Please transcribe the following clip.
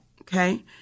Okay